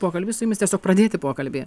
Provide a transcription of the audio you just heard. pokalbį su jumis tiesiog pradėti pokalbį